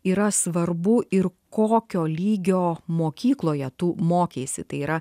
yra svarbu ir kokio lygio mokykloje tu mokeisi tai yra